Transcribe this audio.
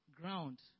ground